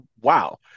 wow